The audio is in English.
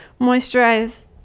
moisturize